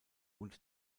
und